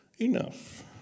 enough